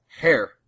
hair